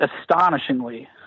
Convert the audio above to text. astonishingly